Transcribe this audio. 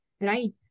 Right